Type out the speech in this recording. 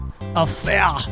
affair